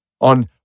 on